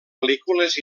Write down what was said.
pel·lícules